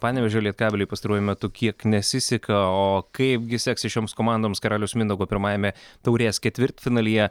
panevėžio lietkabeliui pastaruoju metu kiek nesiseka o kaipgi seksis šioms komandoms karaliaus mindaugo pirmajame taurės ketvirtfinalyje